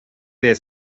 their